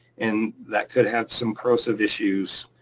and that could have some corrosive issues.